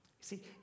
see